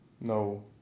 no